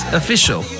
official